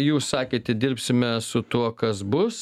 jūs sakėte dirbsime su tuo kas bus